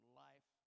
life